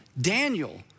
Daniel